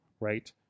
right